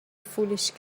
foolish